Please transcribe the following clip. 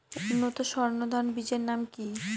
উন্নত সর্ন ধান বীজের নাম কি?